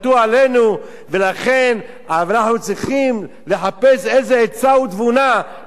ולכן אנחנו צריכים לחפש איזה עצה ותבונה איך לצמצם אותם.